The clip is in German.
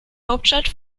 hauptstadt